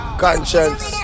conscience